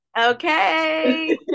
Okay